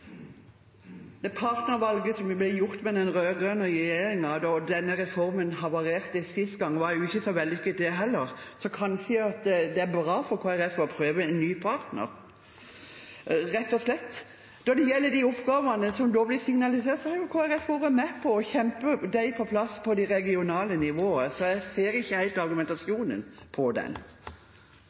Det partnervalget som ble gjort under den rød-grønne regjeringen da denne reformen havarerte sist gang, var jo ikke så vellykket, det heller. Kanskje det er bra for Kristelig Folkeparti å prøve en ny partner, rett og slett. Når det gjelder de oppgavene som ble nevnt, har Kristelig Folkeparti vært med på å kjempe dem på plass på det regionale nivået, så jeg ser ikke helt den argumentasjonen.